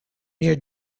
near